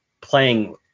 playing